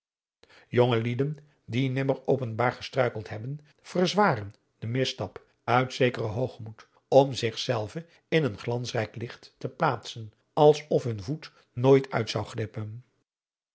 jonge lieden die nimmer openbaar gestruikeld hebben verzwaren den misstap uit zekeren hoogmoed om zich zelve in een glansrijk licht te plaatsen als of hun voet nooit uit zou glippen